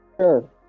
Sure